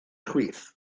chwith